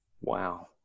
Wow